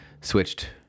switched